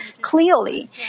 clearly